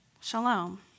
Shalom